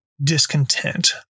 discontent